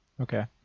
Okay